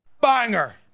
banger